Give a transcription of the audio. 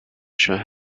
should